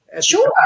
Sure